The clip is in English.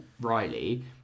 riley